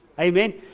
Amen